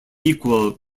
equal